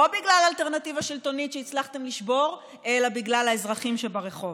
לא בגלל האלטרנטיבה השלטונית שהצלחתם לשבור אלא בגלל האזרחים שברחוב.